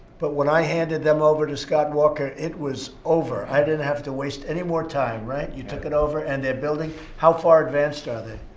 but when i handed them over to scott walker, it was over. i didn't have to waste any more time, right? you took it over, and they're building. how far advanced are they?